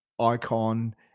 Icon